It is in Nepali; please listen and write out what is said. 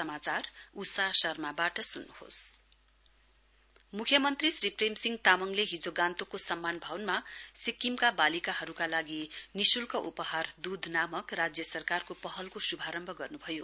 सिएम मुख्यमन्त्री श्री प्रेमसिंह तामङले हिजो गान्तोकको सम्मान भवनमा सिक्किमका वालिकाहरूका लागि निशुल्क उपहार दूध नामक राज्य सरकारको पहलको शुभारम्भ गर्नुभयो